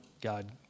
God